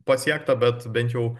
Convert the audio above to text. pasiekta bet bent jau